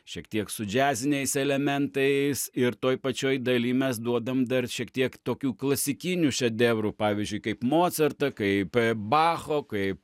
šiek tiek su džiaziniais elementais ir toj pačioj dalyj mes duodam dar šiek tiek tokių klasikinių šedevrų pavyzdžiui kaip mocartą kaip bacho kaip